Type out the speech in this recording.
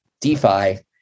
DeFi